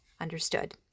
Understood